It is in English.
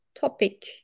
topic